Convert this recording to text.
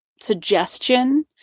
suggestion